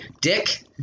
Dick